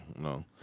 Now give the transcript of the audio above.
no